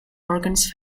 organs